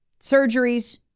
Surgeries